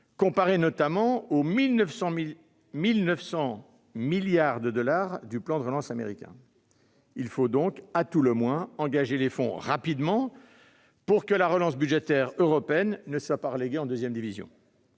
comparé notamment aux 1 900 milliards de dollars du plan de relance américain. Il faut donc, à tout le moins, engager les fonds rapidement pour que la relance budgétaire européenne ne soit pas reléguée en deuxième division.